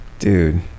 Dude